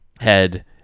head